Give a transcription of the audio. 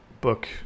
book